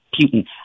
Putin